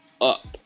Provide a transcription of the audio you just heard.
up